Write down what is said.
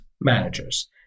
managers